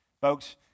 Folks